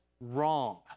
wrong